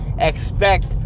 Expect